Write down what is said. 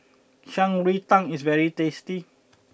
Shan Rui Tang is very tasty